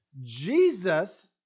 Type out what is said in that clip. Jesus